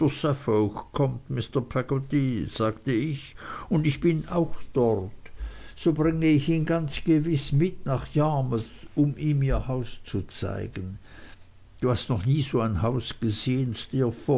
sagte ich und ich bin auch dort so bringe ich ihn ganz gewiß mit nach yarmouth um ihm ihr haus zu zeigen du hast noch nie so ein haus gesehen